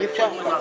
אי אפשר כך.